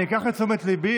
אנחנו עוברים להצעת החוק הבאה,